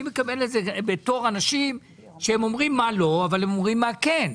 אני מקבל אותם כאנשים שאומרים מה לא אבל הם אומרים מה כן.